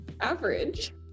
average